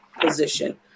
position